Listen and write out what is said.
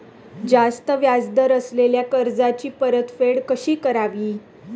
जास्त व्याज दर असलेल्या कर्जाची परतफेड कशी करावी?